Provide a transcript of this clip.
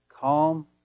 Calm